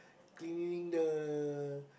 cleaning the